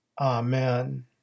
Amen